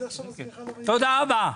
תודה רבה.